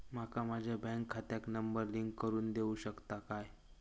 माका माझ्या बँक खात्याक नंबर लिंक करून देऊ शकता काय?